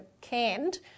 canned